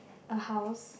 a house